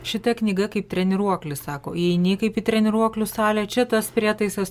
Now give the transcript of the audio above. šita knyga kaip treniruoklis sako įeini kaip į treniruoklių salę čia tas prietaisas